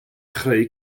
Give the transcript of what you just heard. chreu